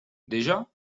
déjà